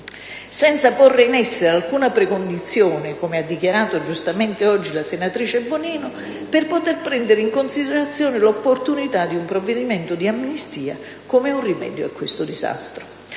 senza porre in essere alcuna precondizione, come ha dichiarato giustamente oggi la senatrice Bonino, per poter prendere in considerazione l'opportunità di un provvedimento di amnistia come un rimedio a questo disastro.